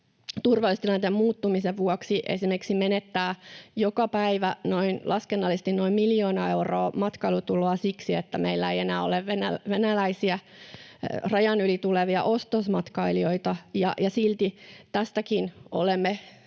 turvallisuustilanteen muuttumisen vuoksi esimerkiksi menettää joka päivä laskennallisesti noin miljoona euroa matkailutuloa siksi, että meillä ei enää ole venäläisiä rajan yli tulevia ostosmatkailijoita, ja jossa silti tästäkin olemme